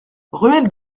ruelle